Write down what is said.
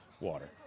Water